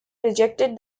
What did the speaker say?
rejected